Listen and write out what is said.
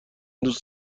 دوست